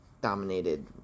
dominated